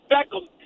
Beckham